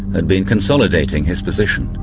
had been consolidating his position.